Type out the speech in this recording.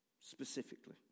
specifically